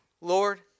Lord